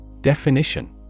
Definition